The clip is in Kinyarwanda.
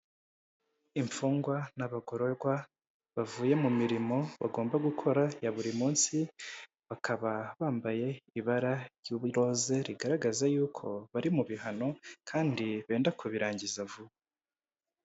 Imfungwa n'abagororwa bavuye mu mirimo bagomba gukora ya buri munsi, bakaba bambaye ibara ry'iroze rigaragaza yuko bari mu bihano kandi benda kubirangiza vuba.